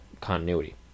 continuity